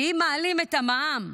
כי אם מעלים את המע"מ,